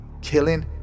Killing